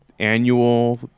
annual